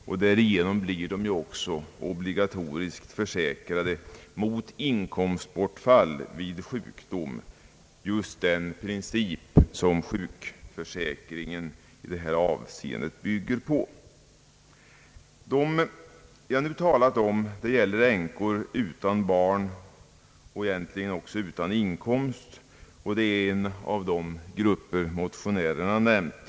Därigenom blir de också obligatoriskt försäkrade mot inkomstbortfall vid sjukdom, den princip som sjukförsäkringen bygger på. Det jag nu talat om gäller änkor utan barn och egentligen utan inkomst, och det är en av de grupper som motionärerna har nämnt.